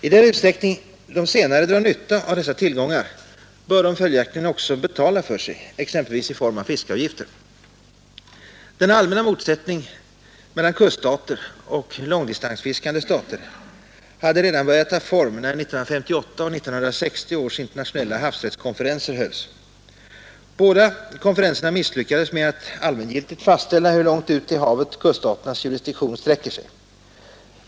I den utsträckning de senare drar nytta av dessa tillgångar bör de följaktligen också betala för sig, exempelvis i form av fiskeavgifter. Denna allmänna motsättning mellan kuststater och långdistansfiskande stater hade redan börjat ta form när 1958 och 1960 års internationella havsrättskonferenser hölls. Båda dessa misslyckades med att allmängiltigt fastställa hur långt ut i havet kuststaternas jurisdiktion sträcker sig.